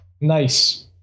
Nice